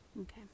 Okay